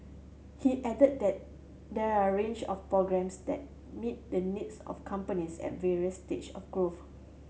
he added that there are range of programmes that meet the needs of companies at various stage of growth